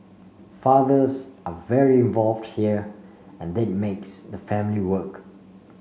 fathers are very involved here and that makes the family work